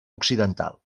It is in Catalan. occidental